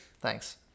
thanks